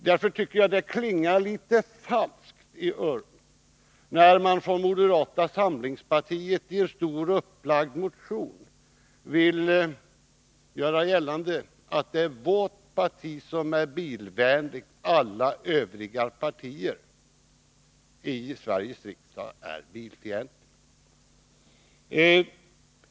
Därför tycker jag det klingar en aning falskt när moderata samlingspartiet i en stort upplagd motion vill göra gällande att det är det partiet som är bilvänligt och att alla övriga partier i Sveriges riksdag är bilfientliga.